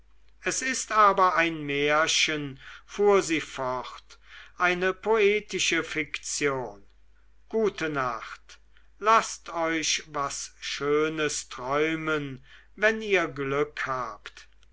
es ist aber ein märchen fuhr sie fort eine poetische fiktion gute nacht laßt euch was schönes träumen wenn ihr glück habt